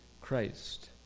Christ